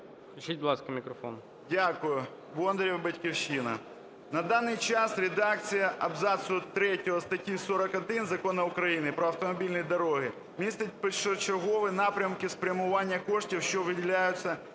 Включіть, будь ласка, мікрофон. 11:53:59 БОНДАРЄВ К.А. Дякую. Бондарєв, "Батьківщина". На даний час редакція абзацу 3 статті 41 Закону України "Про автомобільні дороги" містить першочергові напрямки спрямування коштів, що виділяються